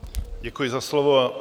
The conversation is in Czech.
Děkuji za slovo.